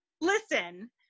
Listen